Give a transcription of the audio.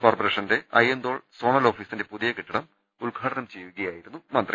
കോർപ്പറേഷന്റെ Ayyanthole zonal ഓഫീസിന്റെ പുതിയ കെട്ടിടം ഉദ്ഘാടനം ചെയ്യുകയായിരുന്നു മന്ത്രി